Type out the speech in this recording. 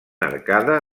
arcada